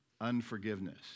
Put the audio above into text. unforgiveness